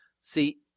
See